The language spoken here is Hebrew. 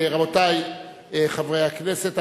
רבותי חברי הכנסת,